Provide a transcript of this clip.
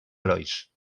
herois